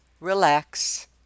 Relax